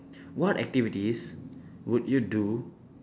what activities would you do